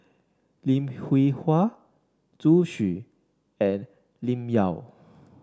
Lim Hwee Hua Zhu Xu and Lim Yau